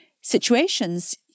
situations